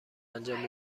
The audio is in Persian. انجام